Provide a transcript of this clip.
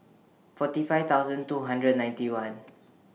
forty five thousand two hundred ninety one